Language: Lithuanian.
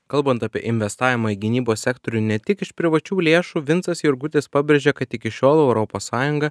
kalbant apie investavimą į gynybos sektorių ne tik iš privačių lėšų vincas jurgutis pabrėžė kad iki šiol europos sąjunga